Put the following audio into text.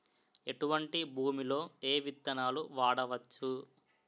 ఎటువంటి భూమిలో ఏ విత్తనాలు వాడవచ్చు?